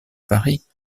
paris